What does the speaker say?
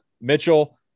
Mitchell